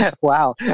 Wow